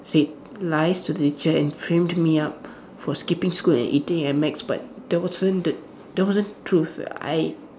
said lies to the teacher and framed me up for skipping school and eating at Mac's but that wasn't the that wasn't truth I